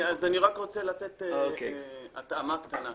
אני רק רוצה לתת התאמה קטנה.